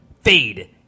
Fade